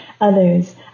Others